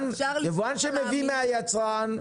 יש את היבואן שמביא מהיצרן.